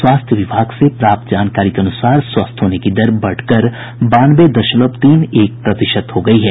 स्वास्थ्य विभाग से प्राप्त जानकारी के अनूसार स्वस्थ होने की दर बढ़कर बानवे दशमलव तीन एक प्रतिशत हो गयी है